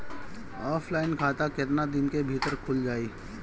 Offline खाता केतना दिन के भीतर खुल जाई?